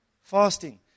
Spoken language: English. fasting